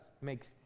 Makes